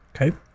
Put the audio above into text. Okay